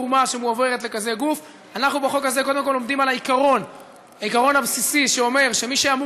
אנחנו עוברים להצעת חוק לתיקון פקודת מס הכנסה (מוסד הפועל